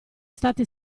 stati